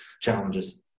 challenges